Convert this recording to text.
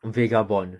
vagabound